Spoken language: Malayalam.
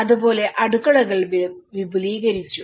അതുപോലെ അടുക്കളകൾ വിപുലീകരിച്ചു